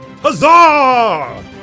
Huzzah